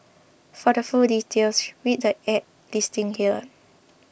for the full details read the ad's listing here